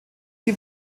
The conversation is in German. die